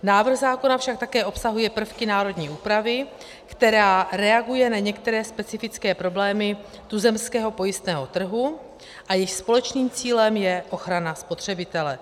Návrh zákona však také obsahuje prvky národní úpravy, která reaguje na některé specifické problémy tuzemského pojistného trhu, a jejich společným cílem je ochrana spotřebitele.